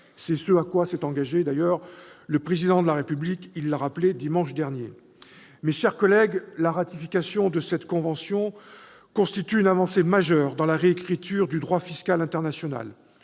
C'est ce à quoi s'est engagé le Président de la République, il l'a rappelé dimanche dernier. Mes chers collègues, la ratification de cette convention constitue une avancée majeure dans la réécriture du droit fiscal international,